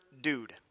dude